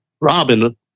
Robin